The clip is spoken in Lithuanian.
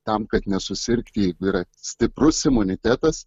tam kad nesusirgti yra stiprus imunitetas